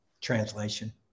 translation